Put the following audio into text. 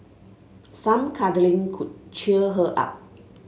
some cuddling could cheer her up